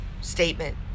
statement